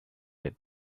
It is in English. that